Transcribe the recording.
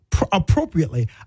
appropriately